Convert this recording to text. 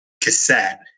cassette